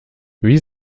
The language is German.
wie